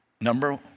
number